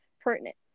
pertinent